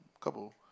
couple